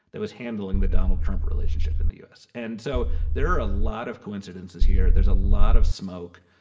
that was handling the donald trump relationship in the u s, and so there are a lot of coincidences here. there's a lot of smoke.